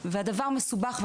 גם פה והדבר מסובך,